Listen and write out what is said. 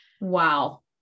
Wow